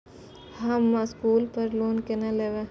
हम स्कूल पर लोन केना लैब?